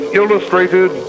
illustrated